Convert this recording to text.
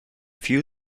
few